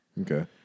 Okay